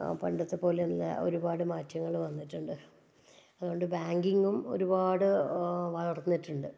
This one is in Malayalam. ആ പണ്ടത്തെ പോലെയല്ല ഒരുപാട് മാറ്റങ്ങൾ വന്നിട്ടുണ്ട് അതുകൊണ്ട് ബാങ്കിങ്ങും ഒരുപാട് വളർന്നിട്ടുണ്ട്